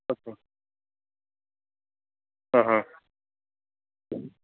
okay